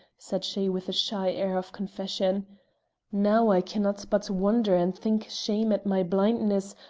said she with a shy air of confession now i cannot but wonder and think shame at my blindness,